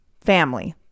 family